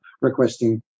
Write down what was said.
requesting